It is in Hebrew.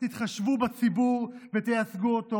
הגיע הזמן שתתחשבו בציבור ותייצגו אותו,